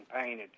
painted